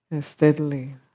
steadily